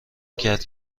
کرد